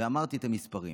ואמרתי את המספרים.